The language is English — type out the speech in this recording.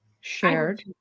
shared